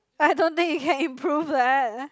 I don't think he can improve leh